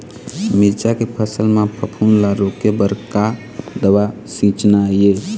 मिरचा के फसल म फफूंद ला रोके बर का दवा सींचना ये?